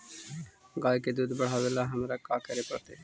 गाय के दुध बढ़ावेला हमरा का करे पड़तई?